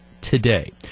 today